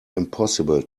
impossible